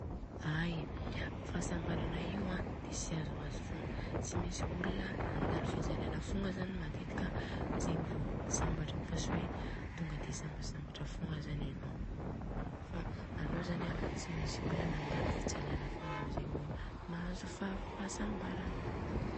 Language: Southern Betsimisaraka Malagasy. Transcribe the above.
Ai, fahasambarana io an de tsy azoazo fogna. Tsy mentsy olona nandalo fijalina fogna matetika zegny vô sambatra, fa tsy hoe tonga de sambasambatra fogna zany anô. Fa anô zany an tsy mentsy olona nandalo fijalina fogna anô zegny vô mahazo fahasambarana.